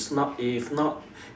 it's not if not